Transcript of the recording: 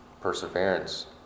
perseverance